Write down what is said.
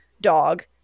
dog